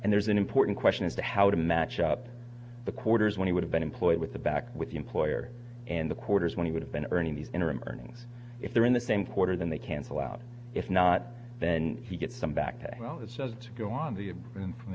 and there's an important question as to how to match up the quarters when he would have been employed with the back with the employer and the quarters when he would have been earning the interim earnings if they're in the same quarter then they cancel out if not then he gets them back well it says go on the air and from